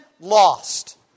lost